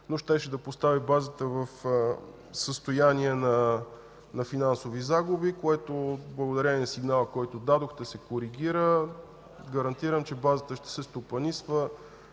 но щеше да постави базата в състояние на финансови загуби, което благодарение на сигнала, който дадохте, се коригира. Гарантирам, че базата ще се стопанисва